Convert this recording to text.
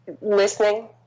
listening